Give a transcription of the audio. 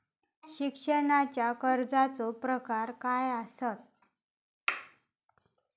शिक्षणाच्या कर्जाचो प्रकार काय आसत?